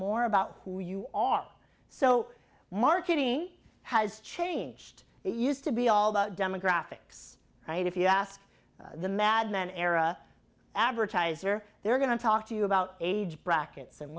more about who you are so marketing has changed they used to be all about demographics and if you asked the mad men era advertiser they're going to talk to you about age brackets and